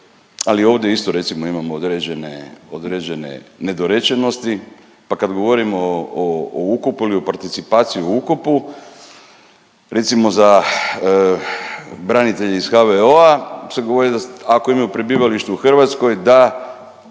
ali ovdje isto, recimo, imamo određene određene nedorečenosti, pa kada govorimo o ukopu ili o participaciji o ukopu recimo za branitelje iz HVO-a sam govorio da ako imaju prebivalište u Hrvatskoj da